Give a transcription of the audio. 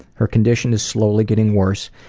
her condition is slowly getting worse,